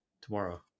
tomorrow